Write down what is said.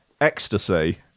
ecstasy